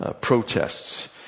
protests